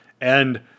And-